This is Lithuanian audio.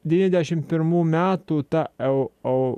devyniasdešimt pirmų metų tą eu eu